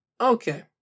Okay